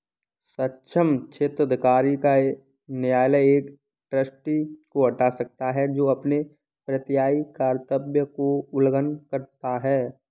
सक्षम क्षेत्राधिकार का न्यायालय एक ट्रस्टी को हटा सकता है जो अपने प्रत्ययी कर्तव्य का उल्लंघन करता है